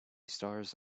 stars